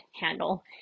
handle